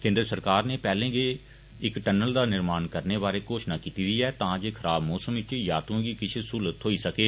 केन्द्र सरकार नै पैहले गै इक टनल दा निर्माण करने बारै घोषणा कीती ऐ तां जे खराब मौसम इच यात्रुएं गी किश सहूलत थ्होई सकै